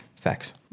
Facts